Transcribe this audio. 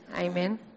Amen